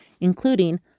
including